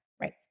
Right